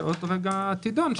שעוד רגע תידון,